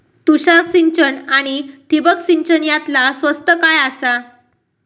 तुषार सिंचन आनी ठिबक सिंचन यातला स्वस्त काय आसा?